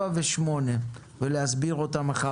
7 ו-8 ואחר כך להסביר ואתם.